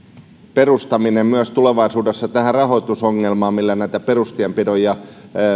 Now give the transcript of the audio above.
perustaminen tulevaisuudessa myös tähän rahoitusongelmaan millä näitä perustienpidon ja